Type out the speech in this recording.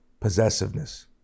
possessiveness